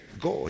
God